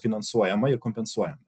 finansuojama ir kompensuoja